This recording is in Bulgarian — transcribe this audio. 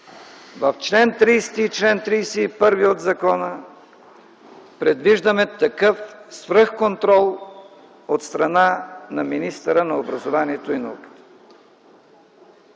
в чл. 30 и чл. 31 от закона предвиждаме такъв свръхконтрол от страна на министъра на образованието и науката?